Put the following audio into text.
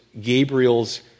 Gabriel's